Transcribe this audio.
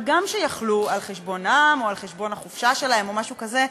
הגם שיכלו על חשבונם או על חשבון החופשה שלהם או משהו כזה,